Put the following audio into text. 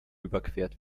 überquert